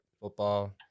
Football